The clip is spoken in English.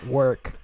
work